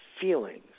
feelings